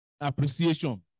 appreciation